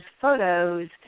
photos